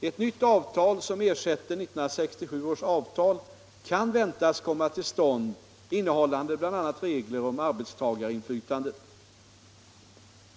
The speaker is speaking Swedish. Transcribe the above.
Ett nytt avtal, som ersätter 1967 års avtal, kan väntas komma till stånd, innehållande bl.a. regler om arbetstagarinflytandet.